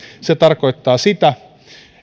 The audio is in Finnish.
se tarkoittaa sitä